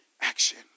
action